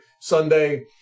Sunday